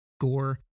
gore